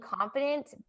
confident